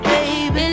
Baby